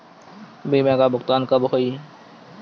बीमा का भुगतान कब होइ?